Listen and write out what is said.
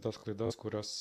tas klaidas kurias